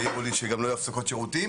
העירו לי שגם לא היו הפסקות שירותים,